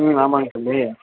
ம் ஆமாங்க தம்பி